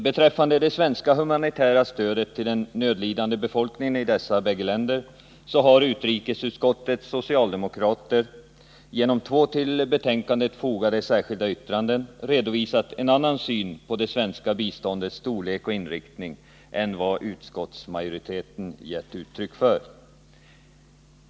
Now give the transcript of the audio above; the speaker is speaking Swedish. Beträffande det svenska humanitära stödet till den nödlidande befolkningen i dessa båda länder har utrikesutskottets socialdemokrater, genom två till betänkandet fogade särskilda yttranden, redovisat en annan syn på det svenska biståndets storlek och inriktning än vad utskottsmajoriteten gett uttryck för.